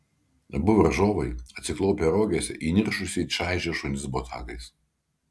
abu varžovai atsiklaupę rogėse įniršusiai čaižė šunis botagais